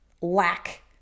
lack